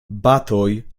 batoj